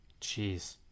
jeez